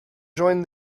joined